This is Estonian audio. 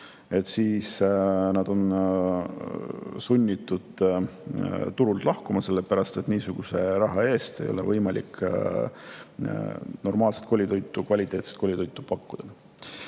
siis nad on sunnitud turult lahkuma, sellepärast et niisuguse raha eest ei ole võimalik normaalset, kvaliteetset koolitoitu pakkuda.